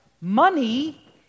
money